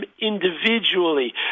individually